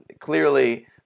clearly